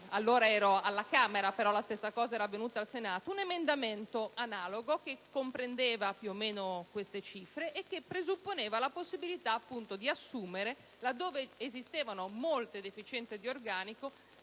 allora ero alla Camera, però la stessa cosa era avvenuta al Senato - un emendamento analogo che comprendeva più o meno queste cifre e presupponeva la possibilità di assumere, laddove esistevano molte deficienze d'organico,